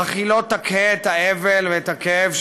אך היא לא תקהה את האבל ואת הכאב,